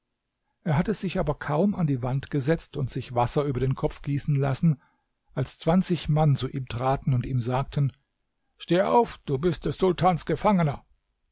er hatte sich aber kaum an die wand gesetzt und sich wasser über den kopf gießen lassen als zwanzig mann zu ihm traten und ihm sagten steh auf du bist des sultans gefangener